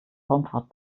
raumfahrt